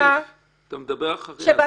יוסף, יוסף, אתה מדבר אחריה, בבקשה.